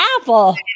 Apple